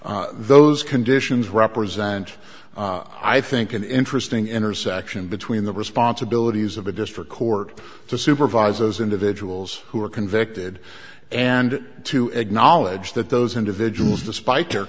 to those conditions represent i think an interesting intersection between the responsibilities of a district court to supervise those individuals who are convicted and to acknowledge that those individuals despite their